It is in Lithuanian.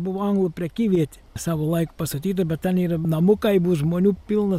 buvo anglų prekyvietė savo laiku pastatyta bet ten yra namukai bus žmonių pilna